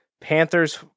Panthers